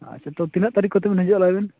ᱟᱪᱪᱷᱟ ᱛᱤᱱᱟᱹᱜ ᱛᱟᱹᱨᱤᱠ ᱠᱚᱛᱮᱵᱮᱱ ᱦᱤᱡᱩᱜᱼᱟ ᱞᱟᱹᱭ ᱵᱮᱱ